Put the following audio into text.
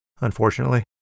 unfortunately